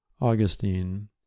Augustine